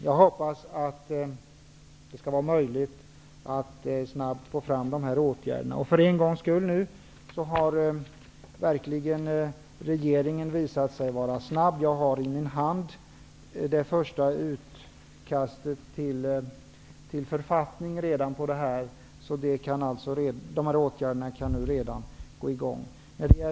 Jag hoppas att det blir möjligt att snabbt få fram dessa åtgärder. För en gångs skull har regeringen verkligen visat sig vara snabb. I min hand har jag det första utkastet till författning, så åtgärderna kan igångsättas.